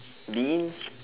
beans